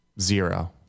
Zero